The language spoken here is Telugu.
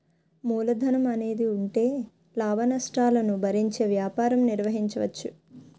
మూలధనం అనేది ఉంటే లాభనష్టాలను భరించే వ్యాపారం నిర్వహించవచ్చు